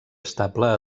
estable